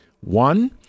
One